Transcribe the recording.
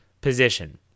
position